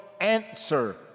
answer